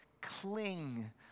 cling